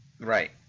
Right